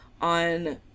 on